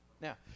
Now